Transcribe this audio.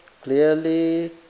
clearly